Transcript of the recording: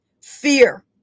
fear